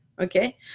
Okay